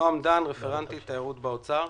נעם דן, רפרנטית תיירות באוצר.